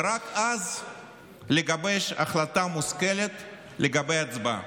ורק אז לגבש החלטה מושכלת לגבי ההצבעה.